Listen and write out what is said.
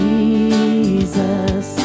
Jesus